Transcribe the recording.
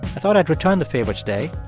i thought i'd return the favor today.